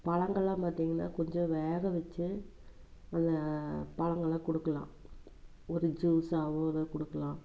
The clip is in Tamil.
பழங்கள்லாம் பார்த்திங்கன்னா கொஞ்சம் வேகவச்சு அதை பழங்கள்லாம் கொடுக்கலாம் ஒரு ஜூஸ்ஸாவோக அதை கொடுக்குலாம்